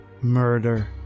Murder